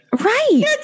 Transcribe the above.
Right